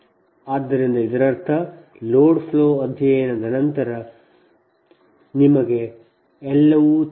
ಆದ್ದರಿಂದ ಇದರರ್ಥ load flow ಅಧ್ಯಯನದ ನಂತರ ನಿಮಗೆ ಎಲ್ಲವೂ ತಿಳಿದಿದೆ